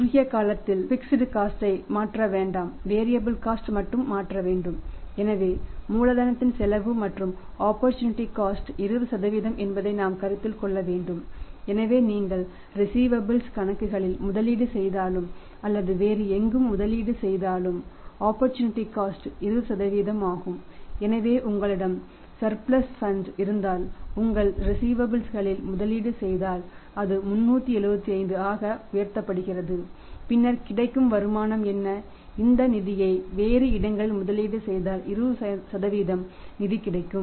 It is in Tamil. குறுகிய காலத்தில் பிக்ஸட் காஸ்ட் களில் முதலீடு செய்தால் அது 375 ஆக உயர்த்தப்படுகிறது பின்னர் கிடைக்கும் வருமானம் என்ன இந்த நிதியை வேறு இடங்களில் முதலீடு செய்தால் 20 நிதி கிடைக்கும்